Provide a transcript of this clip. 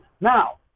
Now